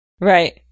right